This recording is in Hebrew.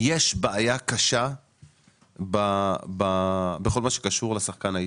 יש בעיה קשה בכל מה שקשור לשחקן הישראלי.